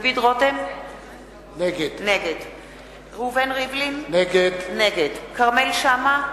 נגד ראובן ריבלין, נגד כרמל שאמה,